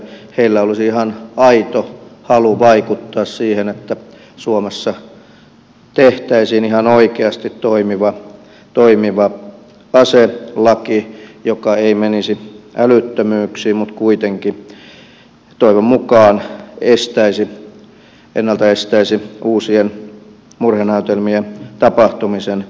heillä olisi ihan aito halu vaikuttaa siihen että suomessa tehtäisiin ihan oikeasti toimiva aselaki joka ei menisi älyttömyyksiin mutta kuitenkin toivon mukaan ennalta estäisi uusien murhenäytelmien tapahtumisen suomessa